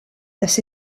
das